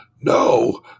No